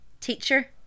Teacher